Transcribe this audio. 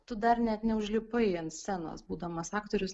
tu dar net neužlipai ant scenos būdamas aktorius